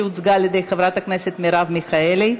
מיכאלי.